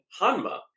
Hanma